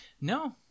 No